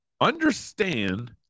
understand